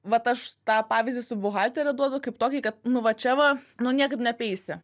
vat aš tą pavyzdį su buhaltere duodu kaip tokį kad nu va čia va nu niekaip neapeisi